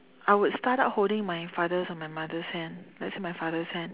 I would start out holding my father's or my mother's hand let's say my father's hand